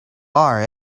are